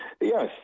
Yes